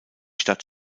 stadt